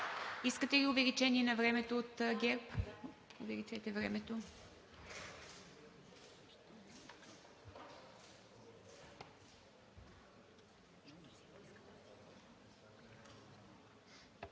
Искате ли увеличение на времето от ГЕРБ-СДС?